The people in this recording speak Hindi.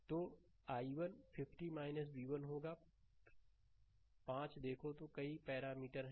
तो i1 50 v1 होगा 5 देखो तो कई पैरामीटर हैं